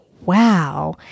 wow